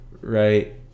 right